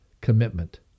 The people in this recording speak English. commitment